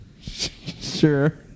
Sure